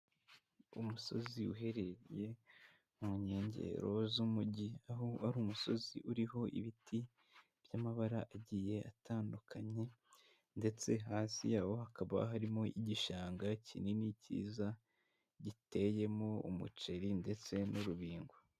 Umusozi uherereye mu nkengero z'umujyi, aho ari umusozi uriho ibiti by'amabara agiye atandukanye, ndetse hasi yawo hakaba harimo igishanga kinini cyiza, giteyemo umuceri ndetse n'urubingo.